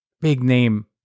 big-name